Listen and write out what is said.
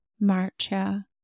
Marcia